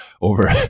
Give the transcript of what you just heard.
over